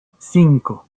cinco